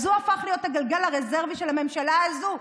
אז הוא הפך להיות הגלגל הרזרבי של הממשלה הזאת.